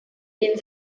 ihn